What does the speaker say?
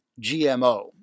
GMO